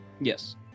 yes